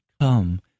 come